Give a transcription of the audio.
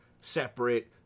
separate